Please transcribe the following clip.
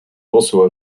also